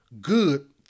good